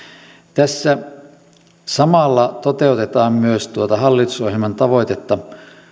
tässä samalla toteutetaan myös tuota hallitusohjelman tavoitetta